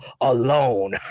alone